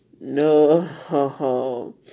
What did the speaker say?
No